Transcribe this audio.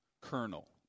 Colonel